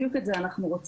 בדיוק את זה אנחנו רוצים,